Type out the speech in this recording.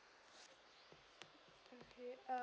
okay uh